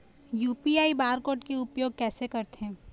UPI bar code के उपयोग कैसे करथें?